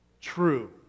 true